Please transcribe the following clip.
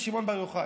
רבי שמעון בר יוחאי.